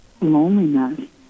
loneliness